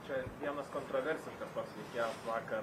čia vienas kontroversiškas toks veikėjas vakar